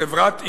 חברת "ענבל",